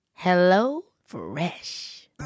HelloFresh